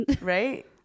right